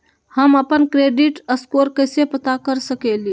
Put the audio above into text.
हम अपन credit score कैसे पता कर सकेली?